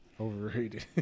Overrated